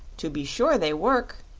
to be sure they work,